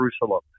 Jerusalem